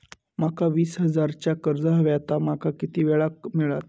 माका वीस हजार चा कर्ज हव्या ता माका किती वेळा क मिळात?